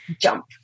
jump